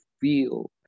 feel